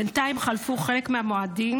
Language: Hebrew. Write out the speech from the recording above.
בינתיים חלפו חלק מהמועדים